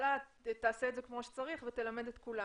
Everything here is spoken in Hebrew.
שהממשלה תעשה את זה כמו שצריך ותלמד את כולם